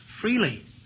freely